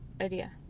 idea